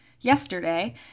yesterday